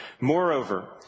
Moreover